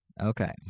okay